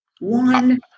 one